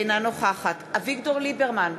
אינה נוכחת אביגדור ליברמן,